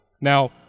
Now